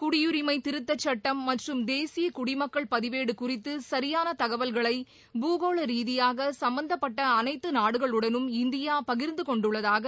குடியுரிமை திருத்த சுட்டம் மற்றும் தேசிய குடிமக்கள் பதிவேடு குறித்து சுரியான தகவல்களை பூகோள ரீதியாக சம்பந்தப்பட்ட அனைத்து நாடுகளுடனும் இந்தியா பகிர்ந்தகொண்டுள்ளதாக